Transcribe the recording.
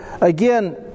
again